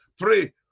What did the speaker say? pray